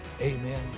Amen